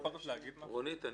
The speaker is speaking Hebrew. רונית,